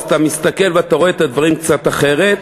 אז אתה מסתכל ורואה את הדברים קצת אחרת,